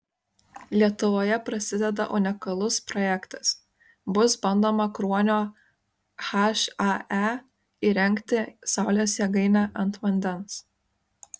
lietuvoje prasideda unikalus projektas bus bandoma kruonio hae įrengti saulės jėgainę ant vandens